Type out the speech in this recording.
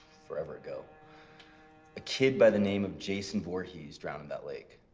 forever ago a kid by the name of jason voorhees drowned in that lake.